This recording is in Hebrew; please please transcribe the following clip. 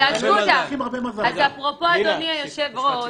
אפרופו, אדוני היושב-ראש,